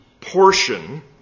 portion